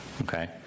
Okay